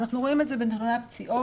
אנחנו רואים את זה בנתוני הפציעות,